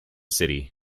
city